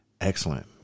Excellent